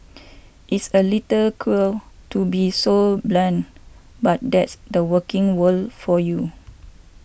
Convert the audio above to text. it's a little cruel to be so blunt but that's the working world for you